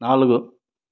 నాలుగు